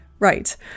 Right